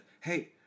hey